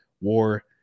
war